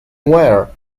wear